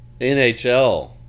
NHL